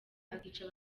akica